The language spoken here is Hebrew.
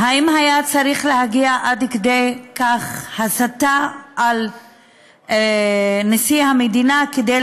האם היה צריך להגיע עד כדי הסתה על נשיא המדינה כדי